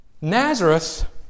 Nazareth